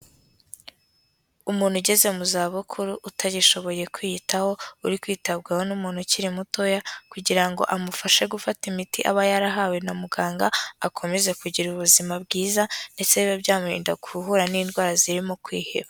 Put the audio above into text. Umuntu ugeze mu zabukuru, utagishoboye kwiyitaho, uri kwitabwaho n'umuntu ukiri mutoya, kugira ngo amufashe gufata imiti aba yarahawe na muganga, akomeze kugira ubuzima bwiza, ndetse bibe byamurinda guhura n'indwara zirimo kwiheba.